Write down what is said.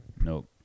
nope